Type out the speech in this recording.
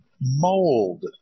mold